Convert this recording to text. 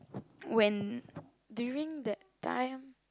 when during that time